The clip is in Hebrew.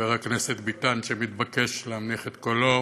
חבר הכנסת ביטן, שמתבקש להנמיך את קולו.